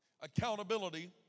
accountability